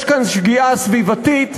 יש כאן שגיאה סביבתית.